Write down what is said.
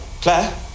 Claire